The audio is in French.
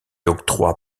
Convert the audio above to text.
octroie